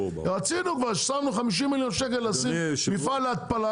שמנו 50 מיליון שקל מפעל להתפלה,